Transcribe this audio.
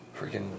freaking